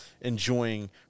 enjoying